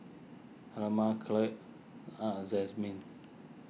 Almer Khloe and Jazmine